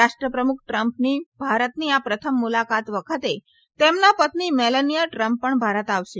રાષ્ટ્રપ્રમુખ ટ્રમ્પની ભારતની આ પ્રથમ મુલાકાત વખતે તેમના પત્ની મેલાનીયા ટ્રંપ પણ ભારત આવશે